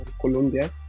Colombia